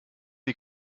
die